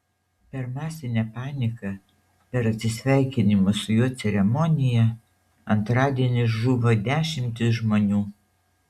per masinę paniką per atsisveikinimo su juo ceremoniją antradienį žuvo dešimtys žmonių